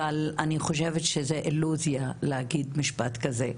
אבל אני חושבת שזה אילוזיה להגיד משפט כזה,